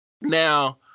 Now